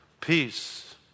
peace